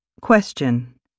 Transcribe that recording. Question